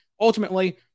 ultimately